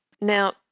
Now